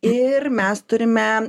ir mes turime